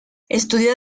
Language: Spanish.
estudió